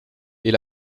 est